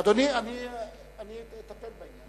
אדוני, אני אטפל בעניין.